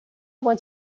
was